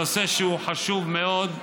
נושא שהוא חשוב מאוד,